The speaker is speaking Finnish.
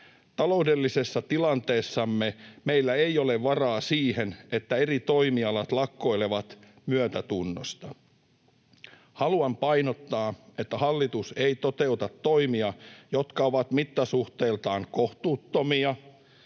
Taloudellisessa tilanteessamme meillä ei ole varaa siihen, että eri toimialat lakkoilevat myötätunnosta. Haluan painottaa, että hallitus ei toteuta toimia, jotka ovat mittasuhteiltaan kohtuuttomia,